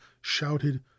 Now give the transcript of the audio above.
shouted